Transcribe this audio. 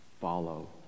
follow